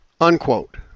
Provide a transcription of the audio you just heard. Unquote